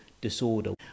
Disorder